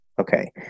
Okay